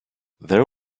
there